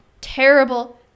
terrible